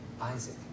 Isaac